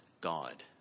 God